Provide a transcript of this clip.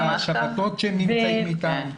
לא יום, לא לילה, שבתות שהם נמצאים איתם.